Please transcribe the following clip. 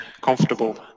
comfortable